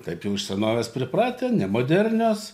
taip jau iš senovės pripratę nemodernios